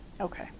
Okay